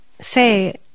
say